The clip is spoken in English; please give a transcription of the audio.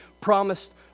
promised